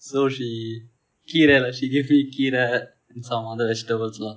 so she keerai lah she gave me keerai and some other vegetables lah